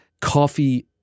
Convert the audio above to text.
coffee